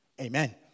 Amen